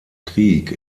krieg